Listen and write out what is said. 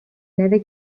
never